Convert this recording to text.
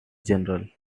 general